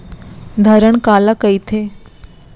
धरण काला कहिथे?